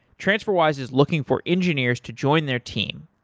transferwise is looking for engineers to join their team.